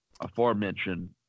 aforementioned